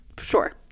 Sure